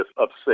upset